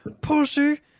pussy